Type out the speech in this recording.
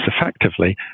effectively